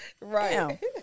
Right